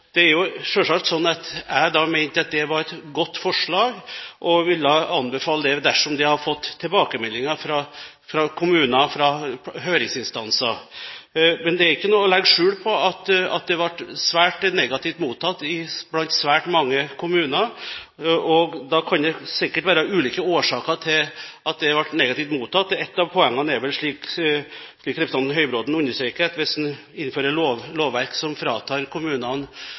Det er jo selvsagt sånn at jeg da mente at det var et godt forslag, og ville anbefale det dersom det hadde fått tilbakemeldinger fra kommuner, fra høringsinstanser. Men det er ikke noe å legge skjul på at det ble svært negativt mottatt blant svært mange kommuner. Da kan det sikkert være ulike årsaker til at det ble negativt mottatt. Et av poengene er vel – slik representanten Høybråten understreker – at hvis man innfører lovverk som fratar kommunene